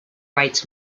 rights